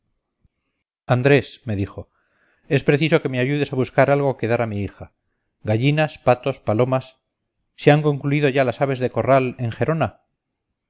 andrés me dijo es preciso que me ayudes a buscar algo que dar a mi hija gallinas patos palomas se han concluido ya las aves de corral en gerona